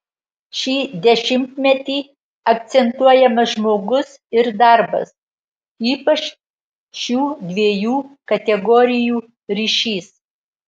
šį dešimtmetį akcentuojamas žmogus ir darbas ypač šių dviejų kategorijų ryšys